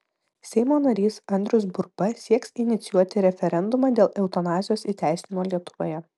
seimo narys andrius burba sieks inicijuoti referendumą dėl eutanazijos įteisinimo lietuvoje